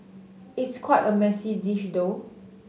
it's quite a messy dish though